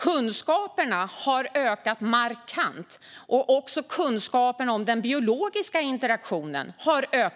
Kunskaperna har ökat markant, även om den biologiska interaktionen.